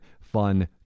fun